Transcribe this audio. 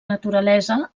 naturalesa